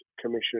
Commission